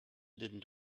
didn’t